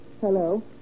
Hello